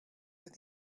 with